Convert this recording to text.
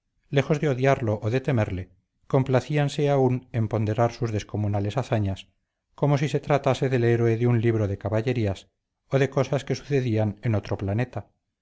lejos de odiarlo o de temerle complacíanse aún en ponderar sus descomunales hazañas como si se tratase del héroe de un libro de caballerías o de cosas que sucedían en otro planeta